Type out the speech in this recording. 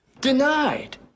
denied